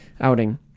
Outing